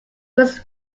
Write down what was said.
was